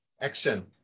action